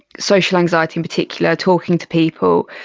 social anxiety in particular, talking to people.